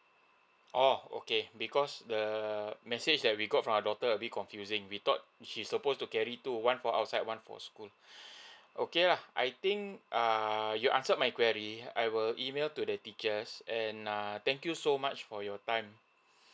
oh okay because the message that we got from our daughter a bit confusing we thought she supposed to carry two one for outside one for school okay lah I think err you answered my query I will email to the teachers and err thank you so much for your time